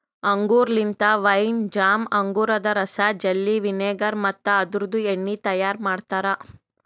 ಅಂಗೂರ್ ಲಿಂತ wine, jam, ಅಂಗೂರದ ರಸ, ಜೆಲ್ಲಿ, ವಿನೆಗರ್ ಮತ್ತ ಅದುರ್ದು ಎಣ್ಣಿ ತೈಯಾರ್ ಮಾಡ್ತಾರ